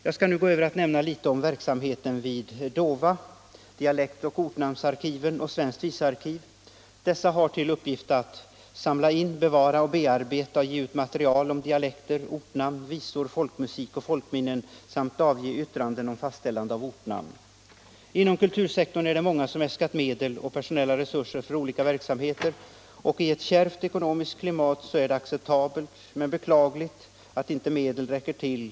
Jag skall nu gå över till att nämna litet om verksamheten vid DOVA, dialekt och ortnamnsarkiven samt svenskt visarkiv. Dessa har till uppgift att samla in, bevara, bearbeta och ge ut material om dialekter, ortnamn, visor, folkmusik och folkminnen samt avge yttranden om fastställande av ortnamn. Inom kultursektorn är det många som äskat medel och personella resurser för olika verksamheter, och i ett kärvt ekonomiskt klimat är det acceptabelt men beklagligt att pengarna inte räcker till.